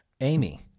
Amy